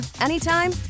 anytime